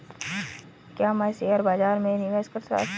क्या मैं शेयर बाज़ार में निवेश कर सकता हूँ?